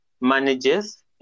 manages